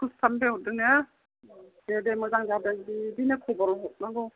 खुस खालामनो हरदोंने दे दे मोजां जादों बिदिनो खबर हरनांगौ